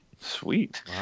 Sweet